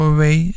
Away